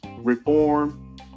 reform